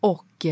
Och